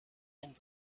and